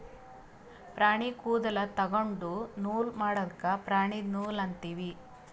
ಪ್ರಾಣಿ ಕೂದಲ ತೊಗೊಂಡು ನೂಲ್ ಮಾಡದ್ಕ್ ಪ್ರಾಣಿದು ನೂಲ್ ಅಂತೀವಿ